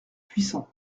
puissant